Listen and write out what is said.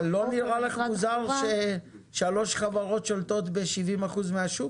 אבל לא נראה לך מוזר ששלוש חברות שולטות ב-70% מהשוק?